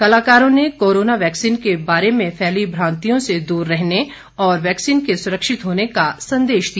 कलाकारों ने corona vaccine के बारे में फैली भ्रांतियों से दूर रहने और वैक्सीन के सुरक्षित होने का संदेश दिया